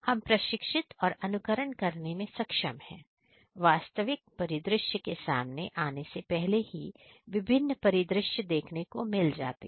हम प्रशिक्षित और अनुकरण करने में सक्षम है वास्तविक परिदृश्य के सामने आने से पहले ही विभिन्न परिदृश्य देखने को मिल जाते हैं